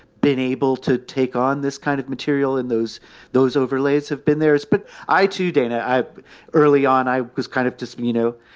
been able to take on this kind of material in those those overlays have been there. but i too, dana, early on, i was kind of just you know,